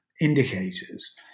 indicators